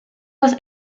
was